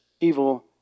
evil